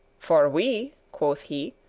for we, quoth he,